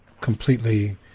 completely